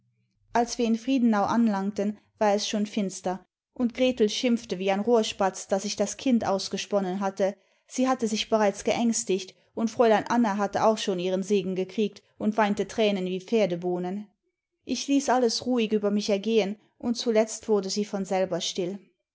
als wir in friedenau anlangten war es schon finster und gretel schimpfte wie ein rohrspatz daß ich das kind ausgesponnen hatte sie hatte sich bereits geängstigt und fräulein anna hatte auch schon ihren segen gekriegt und weinte tränen wie pferdebohnen ich ließ alles ruhig über mich ergehen und zuletzt wurde sie von selber still